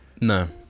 No